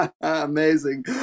Amazing